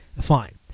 fine